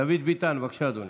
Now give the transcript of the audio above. דוד ביטן, בבקשה, אדוני.